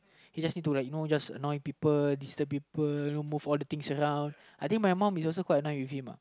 he just need to like you know just annoy people disturb people move all the things around I think my mom is also quite annoyed with him uh